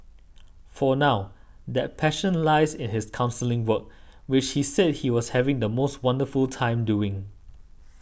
for now that passion lies in his counselling work which he said he was having the most wonderful time doing